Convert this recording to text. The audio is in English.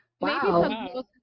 Wow